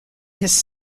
his